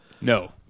No